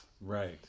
right